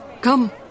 Come